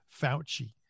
Fauci